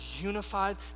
unified